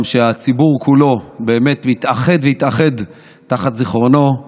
שהציבור כולו באמת מתאחד ויתאחד תחת זיכרונו.